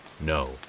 no